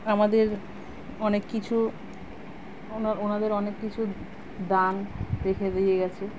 আমাদের অনেক কিছু ওনা ওনাদের অনেক কিছু দান রেখে দিয়ে গেছে